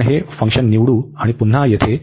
आपण हे फंक्शन निवडू आणि पुन्हा येथे